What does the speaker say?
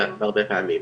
זה הרבה פעמים.